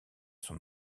son